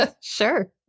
Sure